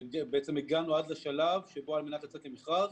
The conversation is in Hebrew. הגענו לשלב שבו, על מנת לצאת למכרז,